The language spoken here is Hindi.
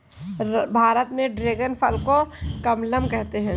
भारत में ड्रेगन फल को कमलम कहते है